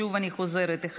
11,